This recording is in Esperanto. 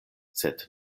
sed